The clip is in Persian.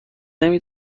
نمی